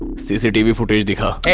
cc tv the car